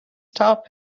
stop